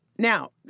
Now